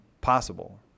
possible